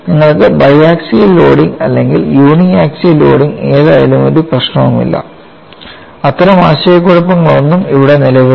നിങ്ങൾക്ക് biaxial loading അല്ലെങ്കിൽ uniaxial loading ഏതായാലും ഒരു പ്രശ്നവുമില്ല അത്തരം ആശയക്കുഴപ്പങ്ങളൊന്നും ഇവിടെ നിലവിലില്ല